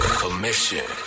commission